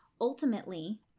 Ultimately